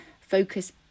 focus